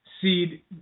seed